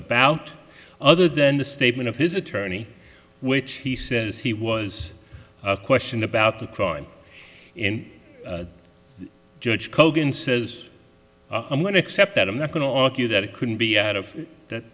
about other than the statement of his attorney which he says he was questioned about the crime and judge kogan says i'm going to accept that i'm not going to argue that it couldn't be out of that